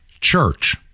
church